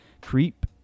creep